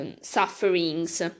sufferings